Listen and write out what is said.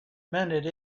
minute